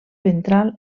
ventral